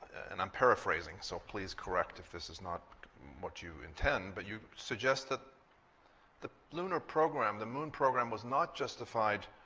and i'm paraphrasing, so please correct if this is not what you intend, but you suggest that the lunar program, the moon program, was not justified